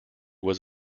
was